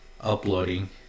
uploading